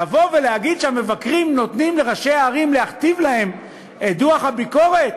לבוא ולהגיד שהמבקרים נותנים לראשי הערים להכתיב להם את דוח הביקורת?